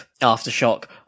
Aftershock